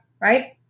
Right